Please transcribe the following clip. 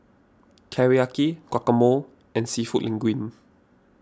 Teriyaki Guacamole and Seafood Linguine